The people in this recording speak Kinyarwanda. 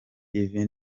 ivi